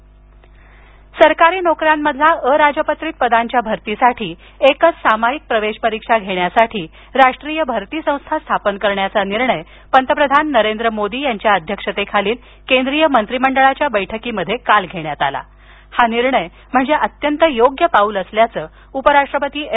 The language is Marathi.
वेंकय्या नायडू सामायिक प्रवेश परीक्षा सरकारी नोकऱ्यांमधल्या अराजपत्रीत पदांच्या भरतीसाठी एकच सामायिक प्रवेश परीक्षा घेण्यासाठी राष्ट्रीय भरती संस्था स्थापन करण्याचा निर्णय पंतप्रधान नरेंद्र मोदी यांच्या अध्यक्षतेखालील केंद्रीय मंत्रिमंडळाच्या बैठकीत काल घेण्यात आला असून हा निर्णय म्हणजे अत्यंत योग्य पाऊल असल्याचं उपराष्ट्रपती एम